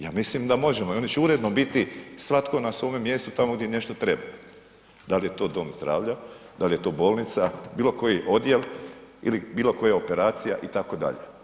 Ja mislim da možemo i oni će uredno biti svatko na svome mjestu tamo gdje nešto treba, dal je to dom zdravlja, dal je to bolnica, bilo koji odjel ili bilo koja operacija itd.